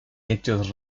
hechos